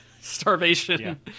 starvation